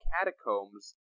catacombs